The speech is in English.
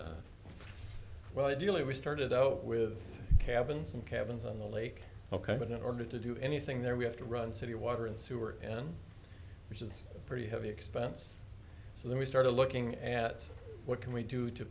campground well ideally we started out with cabins and cabins on the lake ok but in order to do anything there we have to run city water and sewer and which is pretty heavy expense so then we started looking at what can we do to